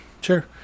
Sure